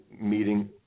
meeting